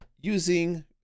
using